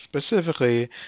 specifically